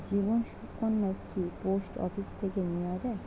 জীবন সুকন্যা কি post office থেকে নেওয়া যায়?